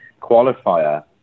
qualifier